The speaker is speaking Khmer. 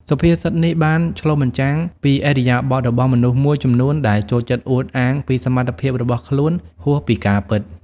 សុភាសិតនេះបានឆ្លុះបញ្ចាំងពីឥរិយាបថរបស់មនុស្សមួយចំនួនដែលចូលចិត្តអួតអាងពីសមត្ថភាពរបស់ខ្លួនហួសពីការពិត។